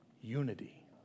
Unity